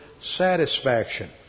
satisfaction